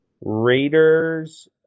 Raiders